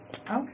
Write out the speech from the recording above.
Okay